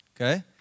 Okay